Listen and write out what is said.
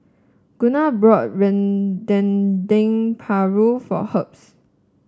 Gunnar brought Dendeng Paru for Herbs